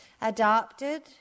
adopted